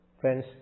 Friends